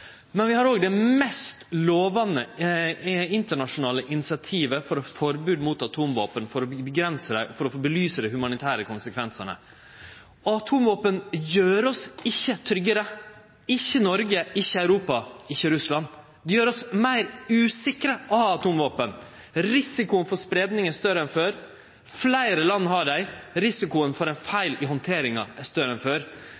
men vi har også det mest lovande internasjonale initiativet for forbod mot atomvåpen, for å avgrense dei og for å kaste lys over dei humanitære konsekvensane. Atomvåpen gjer oss ikkje tryggare – ikkje Noreg, ikkje Europa, ikkje Russland. Det gjer oss meir usikre å ha atomvåpen. Risikoen for spreiing er større enn før. Fleire land har dei, og risikoen for ein feil i handteringa er større enn før.